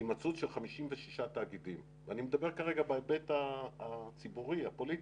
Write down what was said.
הימצאות של 56 תאגידים ואני מדבר כרגע בהיבט הציבורי הפוליטי,